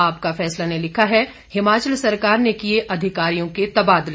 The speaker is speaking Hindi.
आपका फैसला ने लिखा है हिमाचल सरकार ने किए अधिकारियों के तबादले